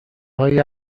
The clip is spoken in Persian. های